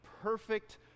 perfect